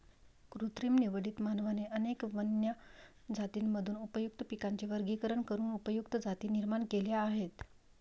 कृत्रिम निवडीत, मानवाने अनेक वन्य जातींमधून उपयुक्त पिकांचे वर्गीकरण करून उपयुक्त जाती निर्माण केल्या आहेत